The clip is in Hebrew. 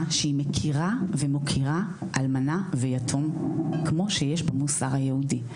שהיא מכירה ומוקירה אלמנה ויתום כמו שיש במוסר היהודי.